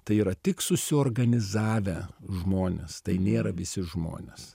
tai yra tik susiorganizavę žmonės tai nėra visi žmonės